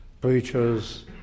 preachers